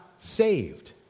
saved